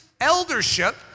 eldership